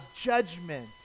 judgment